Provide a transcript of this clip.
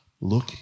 look